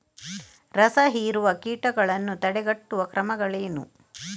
ರಸಹೀರುವ ಕೀಟಗಳನ್ನು ತಡೆಗಟ್ಟುವ ಕ್ರಮಗಳೇನು?